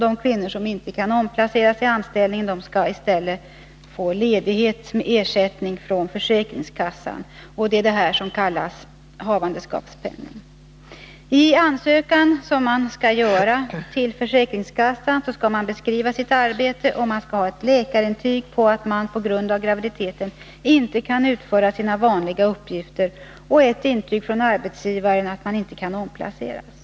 De kvinnor som inte kan omplaceras i anställningen skall i stället få ledighet med ersättning från försäkringskassan. Det är detta som kallas havandeskapspenning. I den ansökan som man skall göra till försäkringskassan skall man beskriva sitt arbete, och man skall ha läkarintyg på att man på grund av graviditeten inte kan utföra sina vanliga uppgifter och ett intyg från arbetsgivaren om att Nr 66 man inte kan omplaceras.